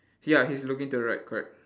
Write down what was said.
ya he's looking to the right correct